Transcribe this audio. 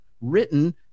written